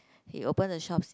he open the shops